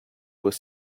was